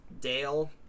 Dale